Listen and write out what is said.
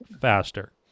faster